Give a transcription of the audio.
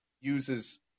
uses